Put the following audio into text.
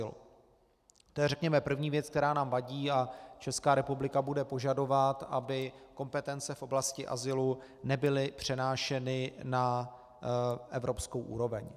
To je, řekněme, první věc, která nám vadí, a Česká republika bude požadovat, aby kompetence v oblasti azylu nebyly přenášeny na evropskou úroveň.